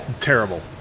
terrible